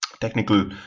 technical